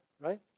right